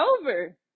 over